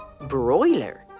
Broiler